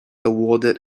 awarded